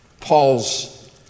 Paul's